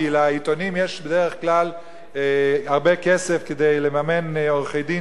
כי לעיתונים יש בדרך כלל הרבה כסף לממן עורכי-דין